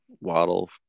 waddle